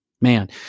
man